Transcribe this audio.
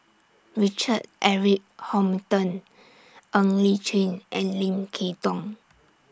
Richard Eric Holttum Ng Li Chin and Lim Kay Tong